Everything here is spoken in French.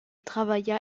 travailla